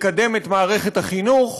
לקדם את מערכת החינוך.